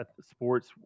sports